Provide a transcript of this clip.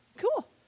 Cool